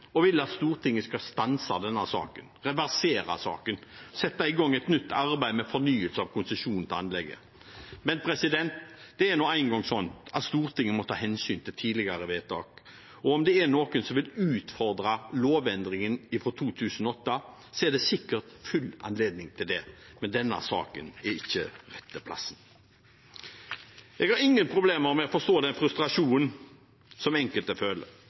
og vil at Stortinget skal stanse denne saken, reversere saken, sette i gang et nytt arbeid med fornyelse av konsesjonen på anlegget. Men det er nå engang slik at Stortinget må ta hensyn til tidligere vedtak. Om det er noen som vil utfordre lovendringen fra 2008, er det sikkert full anledning til det, men denne saken er ikke rette plassen. Jeg har ingen problemer med å forstå den frustrasjonen som enkelte føler.